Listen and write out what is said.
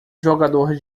jogador